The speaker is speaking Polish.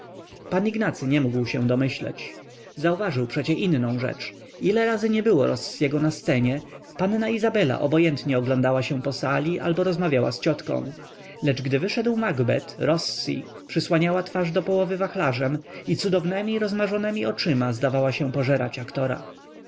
pan ignacy nie mógł się domyśleć zauważył przecie inną rzecz ile razy nie było rossiego na scenie panna izabela obojętnie oglądała się po sali albo rozmawiała z ciotką lecz gdy wyszedł makbet rossi przysłaniała twarz do połowy wachlarzem i cudownemi rozmarzonemi oczyma zdawała się pożerać aktora